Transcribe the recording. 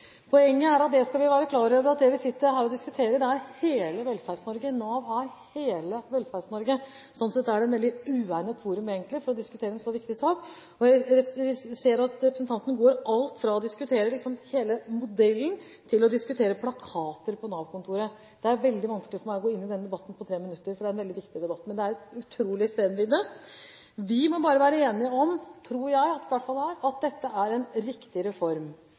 hele Velferds-Norge. Nav er hele Velferds-Norge. Sånn sett er det egentlig et veldig uegnet forum for å diskutere en så viktig sak. Vi ser at representanten går fra å diskutere alt, hele modellen, til å diskutere plakater på Nav-kontoret. Det er veldig vanskelig for meg å gå inn i den debatten på tre minutter, for det er en veldig viktig debatt. Det er en utrolig spennvidde. Vi må bare være enige om, tror jeg – i hvert fall her – at dette er en riktig reform.